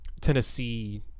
Tennessee